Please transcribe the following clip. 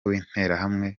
w’interahamwe